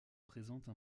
présente